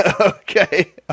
Okay